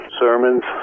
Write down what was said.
sermons